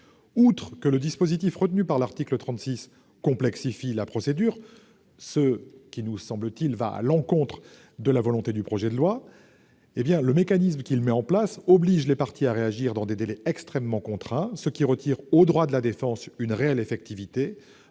Outre que le dispositif retenu par l'article 36 complexifie la procédure, ce qui nous semble contraire à l'objectif du projet de loi, le mécanisme envisagé oblige les parties à réagir dans des délais extrêmement contraints, ce qui retire au droit de la défense une réelle effectivité,